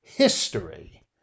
history